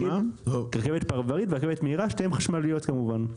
שתיהן חשמליות, כמובן.